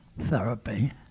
therapy